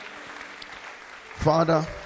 father